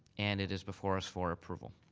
and it is before us for approval.